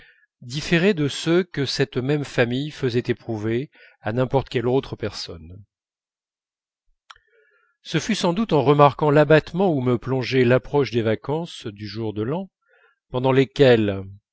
différaient de ceux que cette même famille faisait éprouver à n'importe quelle autre personne ce fut sans doute en remarquant l'abattement où me plongeait l'approche des vacances du jour de l'an pendant lesquelles